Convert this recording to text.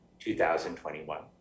2021